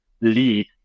lead